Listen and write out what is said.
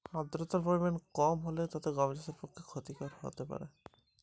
আর্দতার পরিমাণ কম হলে তা কি গম চাষের পক্ষে ক্ষতিকর?